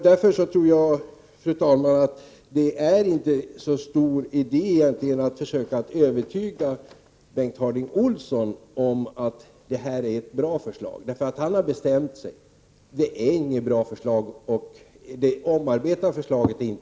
Därför är det egentligen inte så stor idé, fru talman, att försöka övertyga Bengt Harding Olson om att det här är ett bra förslag, för han har bestämt sig. Han tycker inte att det är något bra förslag, inte heller det omarbetade förslaget.